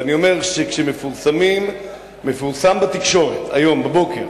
ואני אומר שכשמפורסם בתקשורת היום בבוקר